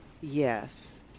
yes